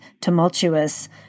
tumultuous